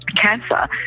cancer